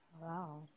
Wow